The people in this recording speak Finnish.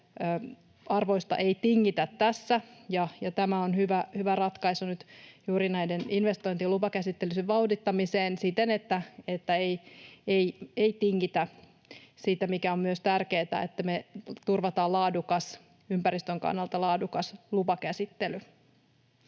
ei tingitä tässä, ja tämä on hyvä ratkaisu nyt juuri näiden investointien lupakäsittelyjen vauhdittamiseen siten, että ei tingitä siitä, mikä on myös tärkeätä, eli siitä, että me turvataan ympäristön kannalta laadukas lupakäsittely.